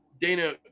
Dana